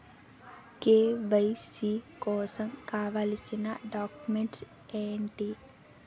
KYC కోసం కావాల్సిన documents ఎంటి?